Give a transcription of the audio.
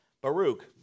Baruch